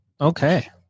okay